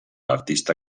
artista